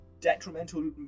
detrimental